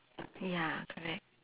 ya correct